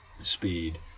speed